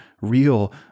real